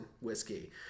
whiskey